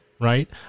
right